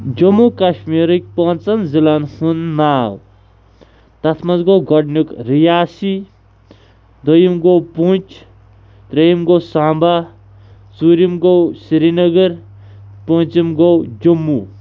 جموں کَشمیٖرٕکۍ پانٛژَن ضِلَعن ہُنٛد ناو تَتھ منٛز گوٚو گۄڈنیُٚک رِیاسی دوٚیِم گوٚو پُنٛچ ترٛیٚیِم گوٚو سامبا ژوٗرِم گوٚو سرینگر پونٛژِم گوٚو جموں